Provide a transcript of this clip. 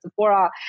Sephora